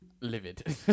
livid